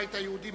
הבית היהודי,